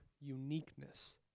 uniqueness